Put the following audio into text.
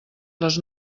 les